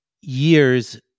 years